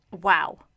Wow